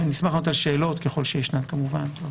נשמח לענות על שאלות ככל שישנן כמובן.